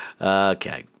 Okay